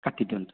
କାଟିଦିଅନ୍ତୁ